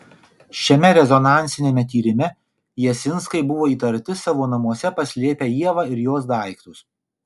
šiame rezonansiniame tyrime jasinskai buvo įtarti savo namuose paslėpę ievą ir jos daiktus